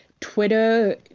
Twitter